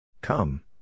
Come